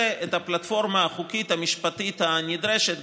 את הפלטפורמה החוקית והמשפטית הנדרשת,